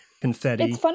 confetti